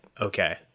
okay